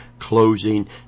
closing